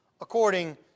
according